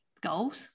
goals